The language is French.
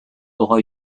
aura